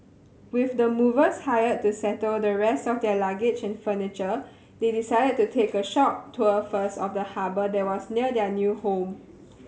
with the movers hired to settle the rest of their luggage and furniture they decided to take a short tour first of the harbour that was near their new home